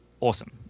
awesome